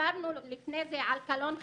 דיברנו לפני זה על קלון חברתי,